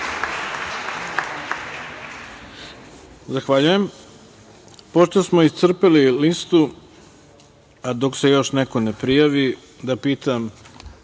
Zahvaljujem. Pošto smo iscrpeli listu, a dok se još neko ne prijavi, pitam